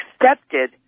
accepted